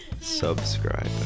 Subscribe